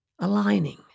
Aligning